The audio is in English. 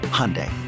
Hyundai